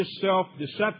self-deception